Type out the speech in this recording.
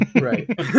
Right